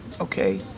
okay